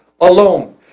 alone